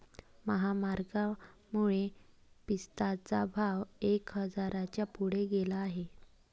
महागाईमुळे पिस्त्याचा भाव एक हजाराच्या पुढे गेला आहे